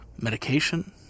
Medication